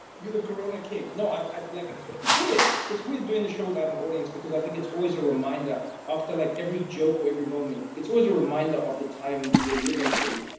you're the corona king. no, um like, ah it's weird. it's weird doing the show without an audience, because i think it's always a reminder after like every joke or every moment, it's always a reminder of the time we're living through.